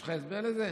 יש לך הסבר לזה?